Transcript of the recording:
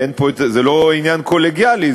זה לא עניין קולגיאלי,